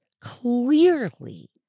clearly